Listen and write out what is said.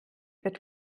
wird